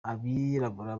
abirabura